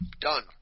Done